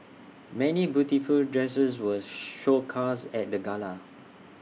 many beautiful dresses were showcased at the gala